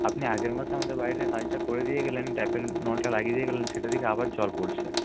আপনি আগের মাসে আমাদের বাড়িতে কাজটা করে দিয়ে গেলেন ট্যাপের নলটা লাগিয়ে দিয়ে গেলেন সেটা থেকে আবার জল পড়ছে